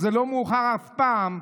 וזה לא מאוחר אף פעם,